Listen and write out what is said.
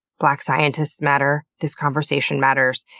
black scientists matter, this conversation matters.